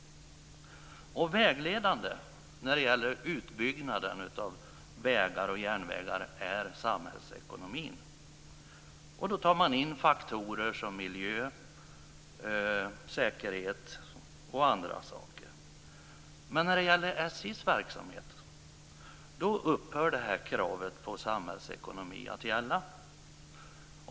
Vägledande när det gäller utbyggnaden av vägar och järnvägar är samhällsekonomin. Man väger in faktorer som miljö, säkerhet och andra saker. Men när det gäller SJ:s verksamhet, då upphör kravet på samhällsekonomi att gälla.